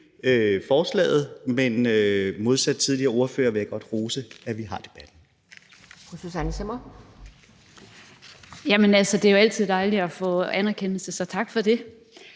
forslaget, men i modsætning til tidligere ordførere vil jeg godt rose for, at vi har debatten.